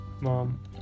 Mom